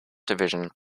division